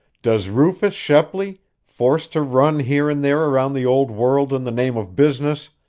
does rufus shepley, forced to run here and there around the old world in the name of business,